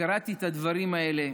כשקראתי את הדברים האלה,